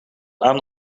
aan